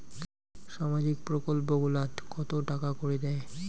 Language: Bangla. সামাজিক প্রকল্প গুলাট কত টাকা করি দেয়?